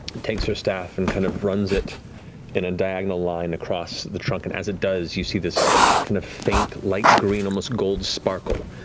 takes her staff and kind of runs it in a diagonal line across the trunk, and as it does, you see this kind of faint light green, um gold sparkle.